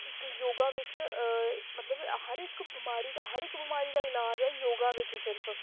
योगा बिच मतलब हर इक बमारी दा हर इक बमारी दा लाज ऐ योगा बिच सिर्फ